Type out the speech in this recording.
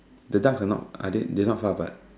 the duck they not far apart